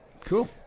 Cool